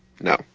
No